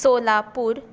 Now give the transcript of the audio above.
Solapur